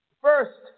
First